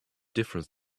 difference